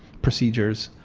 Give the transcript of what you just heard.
procedures